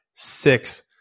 six